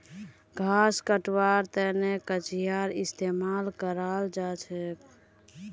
घास कटवार तने कचीयार इस्तेमाल कराल जाछेक